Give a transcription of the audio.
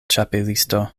ĉapelisto